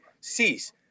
cease